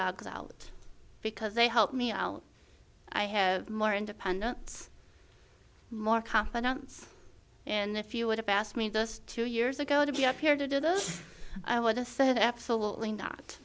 dogs out because they help me out i have more independence more confidence and if you would have asked me just two years ago to be up here to do this i would've said absolutely not